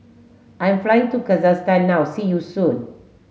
I'm flying to Kazakhstan now see you soon